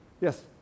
Yes